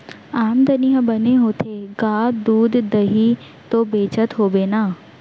आमदनी ह बने होथे गा, दूद, दही तो बेचत होबे ना?